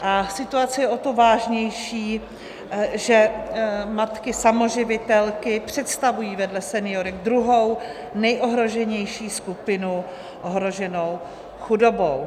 A situace je o to vážnější, že matky samoživitelky představují vedle seniorek druhou nejohroženější skupinu ohroženou chudobou.